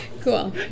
Cool